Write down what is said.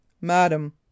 madam